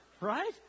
right